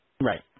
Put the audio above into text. Right